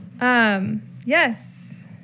Yes